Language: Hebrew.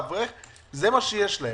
זה מה שיש להם.